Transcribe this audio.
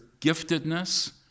giftedness